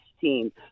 team